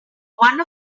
one